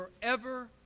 forever